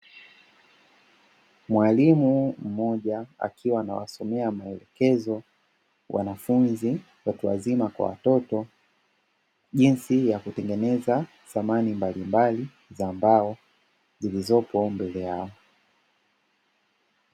Mwalimu mmoja akiwa anawasomea maelekezo wanafunzi watu wazima kwa watoto jinsi ya kutengeneza samani mbalimbali za mbao, zilizopo mbele yao.